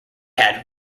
had